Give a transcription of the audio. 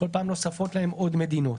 כל פעם נוספות להן עוד מדינות.